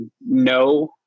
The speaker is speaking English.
no